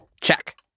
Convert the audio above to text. Check